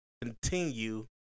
continue